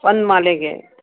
ಒಂದು ಮಾಲೆಗೆ